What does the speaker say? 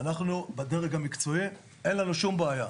אנחנו, בדרג המקצועי, אין לנו שום בעיה.